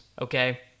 okay